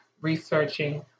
researching